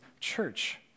church